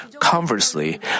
Conversely